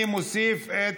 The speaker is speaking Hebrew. אני מוסיף את